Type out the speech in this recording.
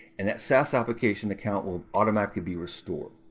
and that saas application account will automatically be restored.